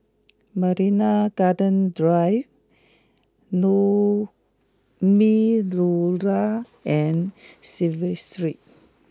Marina Gardens Drive Naumi Liora and Clive Street